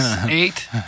eight